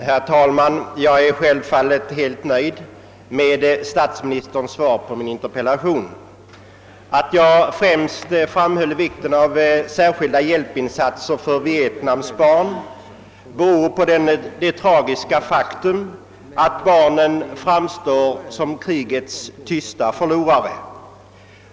Herr talman! Jag är självfallet helt nöjd med statsministerns svar på min interpellation. Att jag främst framhöll vikten av särskilda hjälpinsatser för Vietnams barn beror på det tragiska faktum, att barnen framstår som krigets tysta förlorare.